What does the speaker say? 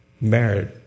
married